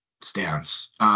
stance